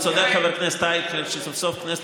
וצדק חבר הכנסת אייכלר שסוף-סוף הכנסת